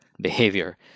behavior